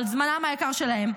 אבל זמנם היקר שלהם,